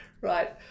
right